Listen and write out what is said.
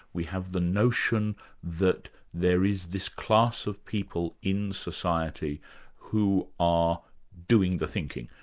we have the notion that there is this class of people in society who are doing the thinking.